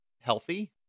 healthy